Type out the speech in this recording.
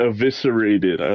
Eviscerated